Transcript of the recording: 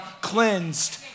cleansed